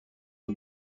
the